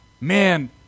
Man